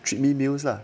treat me meals lah